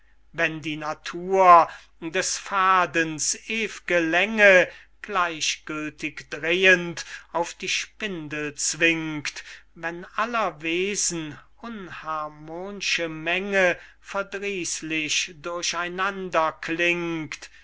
wenn die natur des fadens ew'ge länge gleichgültig drehend auf die spindel zwingt wenn aller wesen unharmon'sche menge verdrießlich durch einander klingt